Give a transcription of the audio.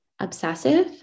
obsessive